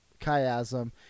chiasm